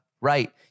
right